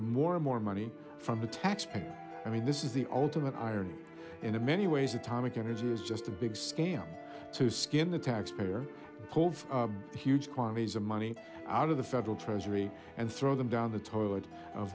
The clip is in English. and more money from the taxpayer i mean this is the ultimate irony in a many ways atomic energy is just a big scam to skim the taxpayer huge quantities of money out of the federal treasury and throw them down the toilet of